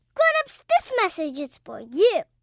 grown-ups, this message is for you